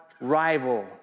rival